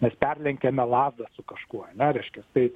mes perlenkiame lazdą su kažkuo ar ne reiškias tai